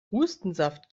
hustensaft